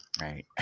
right